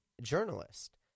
journalist